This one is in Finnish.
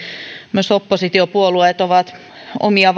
myös oppositiopuolueet ovat omia